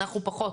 אנחנו פחות.